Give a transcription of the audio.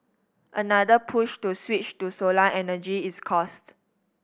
another push to switch to solar energy is cost